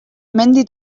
mendi